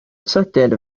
sydyn